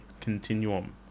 Continuum